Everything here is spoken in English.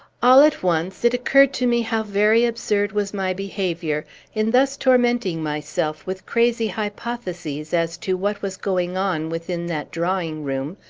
all at once, it occurred to me how very absurd was my behavior in thus tormenting myself with crazy hypotheses as to what was going on within that drawing-room,